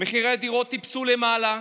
מחירי הדירות טיפסו למעלה,